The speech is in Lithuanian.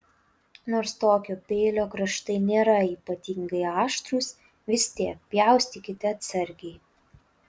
nors tokio peilio kraštai nėra ypatingai aštrūs vis tiek pjaustykite atsargiai